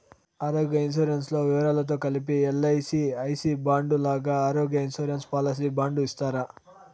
ఆరోగ్య ఇన్సూరెన్సు లో వివరాలతో కలిపి ఎల్.ఐ.సి ఐ సి బాండు లాగా ఆరోగ్య ఇన్సూరెన్సు పాలసీ బాండు ఇస్తారా?